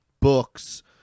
Books